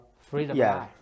freedom